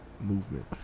Movement